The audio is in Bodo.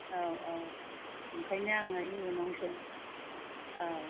औ औ ओंखायनो आङो इउ एन आवसो औ